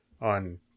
on